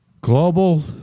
Global